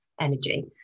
energy